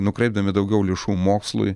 nukreipdami daugiau lėšų mokslui